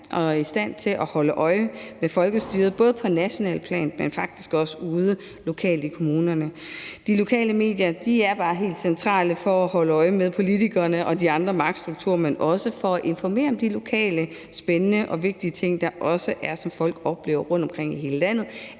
og i stand til at holde øje med folkestyret, både på nationalt plan, men faktisk også ude lokalt i kommunerne. De lokale medier er bare helt centrale for at holde øje med politikerne og de andre magtstrukturer, men også for at informere om de lokale spændende og vigtige ting, der også er, og som folk oplever rundtomkring i hele landet.